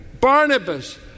Barnabas